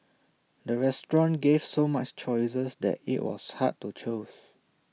the restaurant gave so many choices that IT was hard to choose